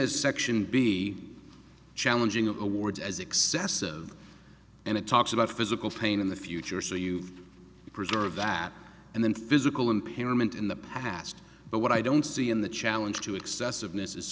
a section b challenging awards as excessive and it talks about physical pain in the future so you've preserve that and then physical impairment in the past but what i don't see in the challenge to excessive